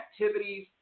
activities